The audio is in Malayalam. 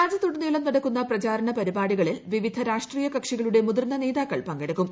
രാജ്യത്തുടനീളം നടക്കുന്ന പ്രചാരണ പരിപാടികളിൽ വിവിധ രാഷ്ട്രീയ കക്ഷികളുടെ മുതിർന്ന നേതാക്കൾ പങ്കെടുക്കും